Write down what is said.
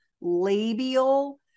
labial